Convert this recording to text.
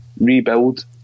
rebuild